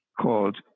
called